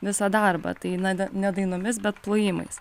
visą darbą tai na ne dainomis bet plojimais